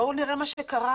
בואו נראה מה קרה.